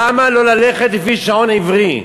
למה לא ללכת לפי שעון עברי?